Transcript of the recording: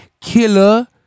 Killer